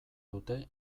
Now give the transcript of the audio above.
dute